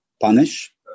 punish